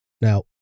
Now